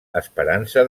esperança